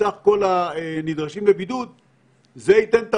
אבל כשמסתכלים באחוזים אתה ציינת שזה 5%. אנחנו